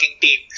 team